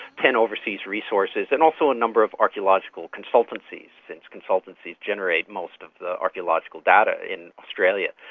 ten overseas resources, and also a number of archaeological consultancies, since consultancies generate most of the archaeological data in australia.